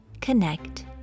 Connect